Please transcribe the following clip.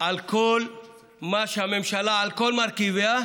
על כל מה שהממשלה, על כל מרכיביה,